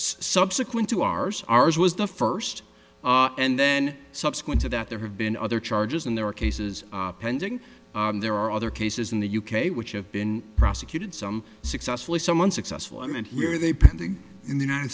subsequent to ours ours was the first and then subsequent to that there have been other charges and there are cases pending there are other cases in the u k which have been prosecuted some successfully some one successful and where they pending in the united